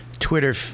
Twitter